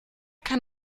kann